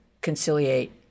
conciliate